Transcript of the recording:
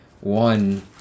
one